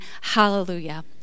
Hallelujah